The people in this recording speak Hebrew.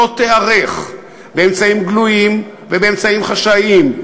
לא תיערך באמצעים גלויים ובאמצעים חשאיים,